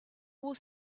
was